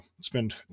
spend